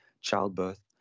childbirth